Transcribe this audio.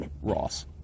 Ross